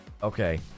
Okay